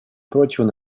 прочего